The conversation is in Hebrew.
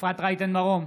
אפרת רייטן מרום,